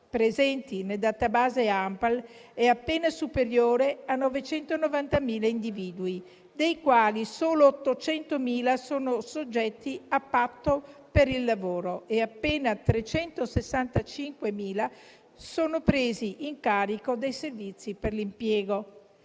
presenti nel *data base* ANPAL è appena superiore a 990.000 individui, dei quali solo 800.000 sono soggetti a patto per il lavoro e appena 365.000 sono presi in carico dai servizi per l'impiego.